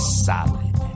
solid